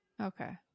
okay